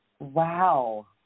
Wow